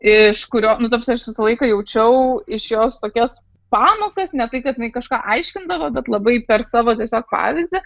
iš kurio ta prasme aš visą laiką jaučiau iš jos tokias pamokas ne tai kad jinai kažką aiškindavo bet labai per savo tiesiog pavyzdį